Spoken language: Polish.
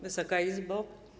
Wysoka Izbo!